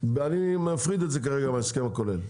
אני מפריד את זה כרגע מההסכם הכולל.